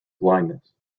blindness